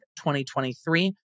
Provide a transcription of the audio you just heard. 2023